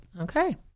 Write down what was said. Okay